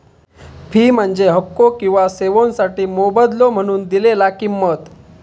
fee म्हणजे हक्को किंवा सेवोंसाठी मोबदलो म्हणून दिलेला किंमत